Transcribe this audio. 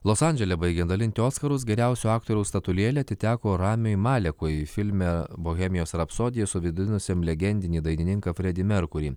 los andžele baigia dalinti oskarus geriausio aktoriaus statulėlė atiteko ramiui malekui filme bohemijos rapsodija suvaidinusiam legendinį dainininką fredį merkurį